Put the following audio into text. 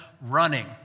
running